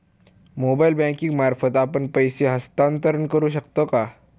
Mobile banking मार्फत आपण पैसे हस्तांतरण करू शकतो का?